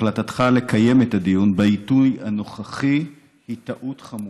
החלטתך לקיים את הדיון בעיתוי הנוכחי היא טעות חמורה.